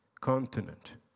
continent